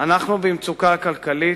"אנחנו במצוקה כלכלית.